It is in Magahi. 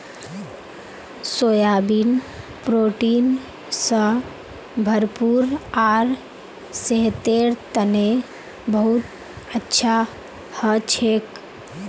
सोयाबीन प्रोटीन स भरपूर आर सेहतेर तने बहुत अच्छा हछेक